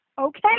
okay